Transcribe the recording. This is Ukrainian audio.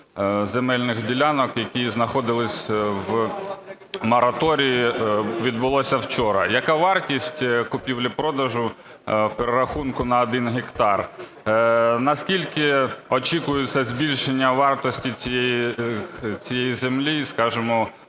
земельних ділянок, які знаходилися в мораторії, відбулися вчора. Яка вартість купівлі-продажу в перерахунку на один гектар? На скільки очікується збільшення вартості цієї землі, скажімо,